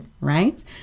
right